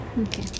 Okay